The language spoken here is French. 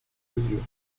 yeux